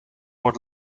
word